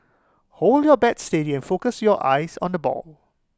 hold your bat steady and focus your eyes on the ball